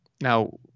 Now